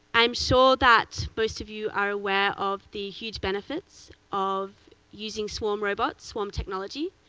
i'm sure that most of you are aware of the huge benefits of using swarm robots, swarm technology,